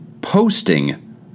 posting